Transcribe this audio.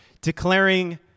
declaring